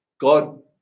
God